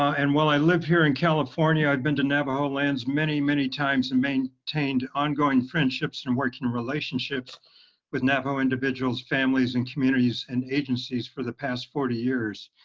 and while i live here in california, i've been to navajo lands many, many times and maintained ongoing friendships and working relationships with navajo individuals, families, and communities and agencies for the past forty years.